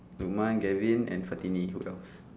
lukman galvin and fatini who else